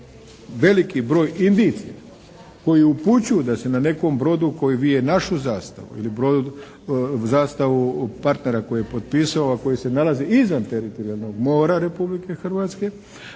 veliki broj indicija koji upućuju da se na nekom brodu koji vije našu zastavu ili zastavu partnera koji je potpisao a koji se nalazi izvan teritorijalnog mora Republike Hrvatske